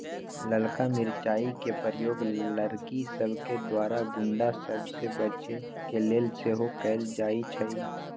ललका मिरचाइ के प्रयोग लड़कि सभके द्वारा गुण्डा सभ से बचे के लेल सेहो कएल जाइ छइ